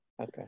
Okay